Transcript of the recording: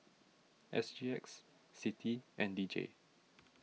S G X Citi and D J